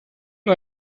nur